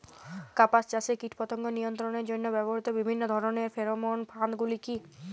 কাপাস চাষে কীটপতঙ্গ নিয়ন্ত্রণের জন্য ব্যবহৃত বিভিন্ন ধরণের ফেরোমোন ফাঁদ গুলি কী?